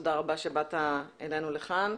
תודה רבה שבאת אלינו לכאן.